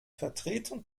vertretung